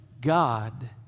God